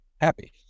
happy